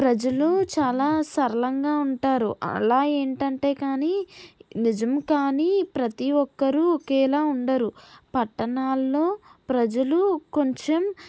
ప్రజలు చాలా సరళంగా ఉంటారు అలా ఏంటంటే కానీ నిజం కానీ ప్రతి ఒక్కరూ ఒకేలా ఉండరు పట్టణాల్లో ప్రజలు కొంచెం